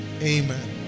Amen